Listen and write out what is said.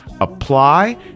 apply